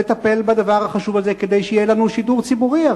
לטפל בדבר החשוב הזה כדי שיהיה לנו שידור ציבורי.